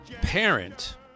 parent